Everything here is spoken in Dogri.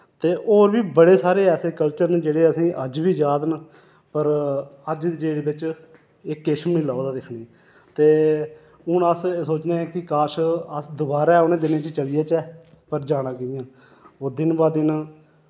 ते होर बी बड़े सारे ऐसे कल्चर न जेह्ड़े असें अज्ज बी याद न पर अज्ज दी डेट बिच्च एह् किश बी नेईं लभदा दिक्खने ते हून अस एह् सोचने की काश अस दोबारा उ'नें दिनें च चली जाचै पर जाना कि'यां ओह् दिन ब दिन